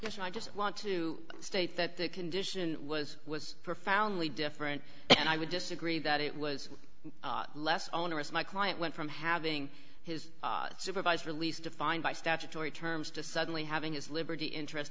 yes and i just want to state that the condition was was profoundly different and i would disagree that it was less onerous my client went from having his supervised release defined by statutory terms to suddenly having his liberty interest